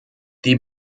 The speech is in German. die